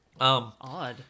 Odd